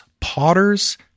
potters